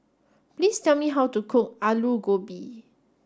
please tell me how to cook Aloo Gobi